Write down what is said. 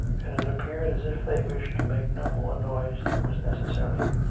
and it appeared as if they wished to make no more noise than was necessary,